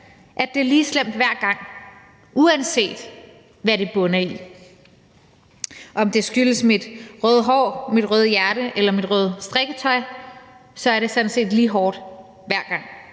at det er lige slemt hver gang, uanset hvad det bunder i. Om det skyldes mit røde hår, mit røde hjerte eller mit røde strikketøj, så er det sådan set lige hårdt hver gang.